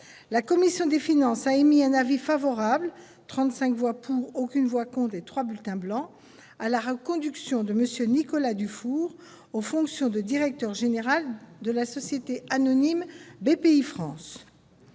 la commission des finances a émis un avis favorable- 35 voix pour, aucune voix contre et 3 bulletins blancs -à la reconduction de M. Nicolas Dufourcq aux fonctions de directeur général de la société anonyme Bpifrance.